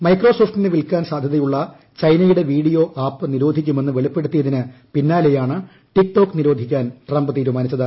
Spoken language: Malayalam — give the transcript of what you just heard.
മൈക്രോസോഫ്റ്റിന് വിൽക്കാൻ സാധ്യതയുള്ള ചൈനയുടെ വീഡിയോ ആപ്പ് നിരോധിക്കുമെന്ന് വെളിപ്പെടുത്തിയതിന് പിന്നാലെയാണ് ടിക്ടോക് നിരോധിക്കാൻ ട്രംപ് തീരുമാനിച്ചത്